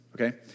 okay